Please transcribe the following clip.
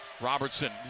Robertson